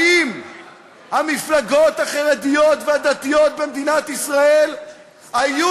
האם המפלגות החרדיות והדתיות במדינת ישראל היו